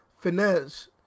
finesse